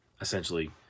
essentially